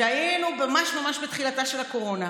היינו ממש בתחילתה של הקורונה,